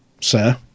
sir